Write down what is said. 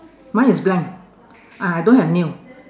mine is blank ah I don't have nail